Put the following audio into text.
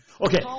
Okay